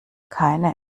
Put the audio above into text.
keine